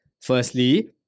Firstly